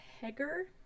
Heger